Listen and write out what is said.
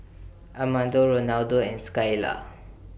Amado Rolando and Skyla